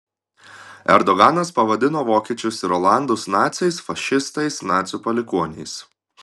erdoganas pavadino vokiečius ir olandus naciais fašistais nacių palikuoniais